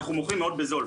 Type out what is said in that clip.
אנחנו מוכרים מאוד בזול,